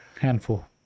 handful